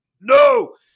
no